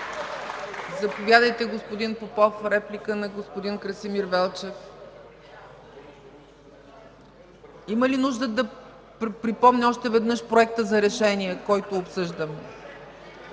Заповядайте, господин Попов – реплика на господин Красимир Велчев. Има ли нужда да припомням още един път Проекта за решение, който обсъждаме?